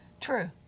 True